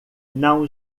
não